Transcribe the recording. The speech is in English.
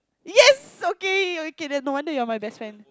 yes okay okay then no wonder you're my best friend